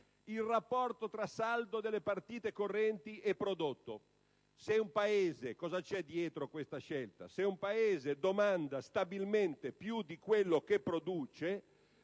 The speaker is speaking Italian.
il rapporto tra saldo delle partite correnti e prodotto. Cosa c'è dietro questa scelta? Se un Paese domanda stabilmente più di quello che produce